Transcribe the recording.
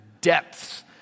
depths